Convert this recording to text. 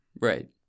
Right